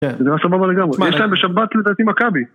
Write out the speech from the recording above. זה דבר סבבה לגמרי. מה, יש להם בשבת לדעתי מכבי?